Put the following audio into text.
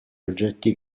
oggetti